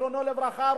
זיכרונו לברכה,